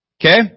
Okay